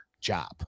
job